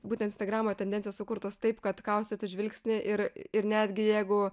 būtent instagramoje tendencijos sukurtos taip kad kaustytų žvilgsnį ir ir netgi jeigu